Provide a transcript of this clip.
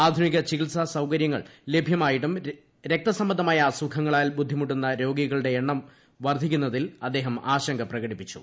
ആധുനിക ചികിത്സാ സൌകര്യങ്ങൾ ലഭ്യമായിട്ടും രക്തസംബന്ധമായ അസുഖങ്ങളാൽ ബുദ്ധിമുട്ടുന്ന കുട്ടികളുടെ എണ്ണം വർദ്ധിക്കുന്നതിൽ അദ്ദേഹം ആശങ്ക പ്രകടിപ്പിച്ചു